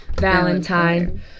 Valentine